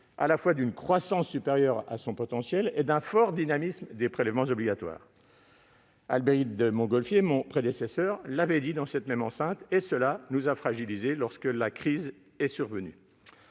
à la fois d'une croissance supérieure à son potentiel et d'un fort dynamisme des prélèvements obligatoires. Mon prédécesseur Albéric de Montgolfier l'avait souligné dans cette même enceinte, et cela nous a fragilisés lorsque la crise est survenue.